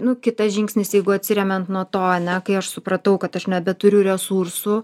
nu kitas žingsnis jeigu atsiremiant nuo to ane kai aš supratau kad aš nebeturiu resursų